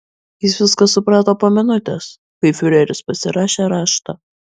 jis viską suprato po minutės kai fiureris pasirašė raštą